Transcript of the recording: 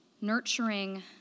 nurturing